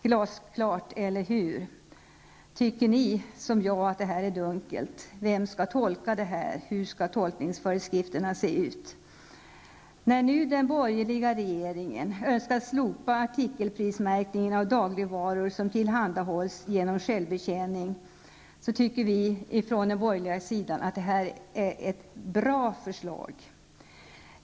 Glasklart eller hur? Tycker ni som jag att det är dunkelt? Vem skall tolka detta? Hur skall tolkningsföreskrifterna se ut? När den borgerliga regeringen nu önskar slopa artikelprismärkning av dagligvaror som tillhandahålls genom självbetjäning tycker vi i de borgerliga partierna att det här är ett bra förslag.